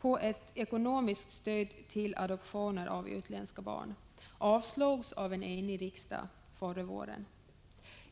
på ett ekonomiskt stöd till adoptioner av utländska barn avslogs av en enig riksdag förra våren.